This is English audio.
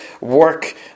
work